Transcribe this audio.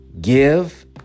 give